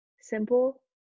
simple